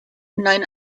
nine